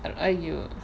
!aiyo!